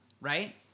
Right